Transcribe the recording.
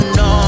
no